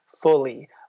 fully